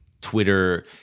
Twitter